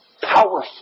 powerful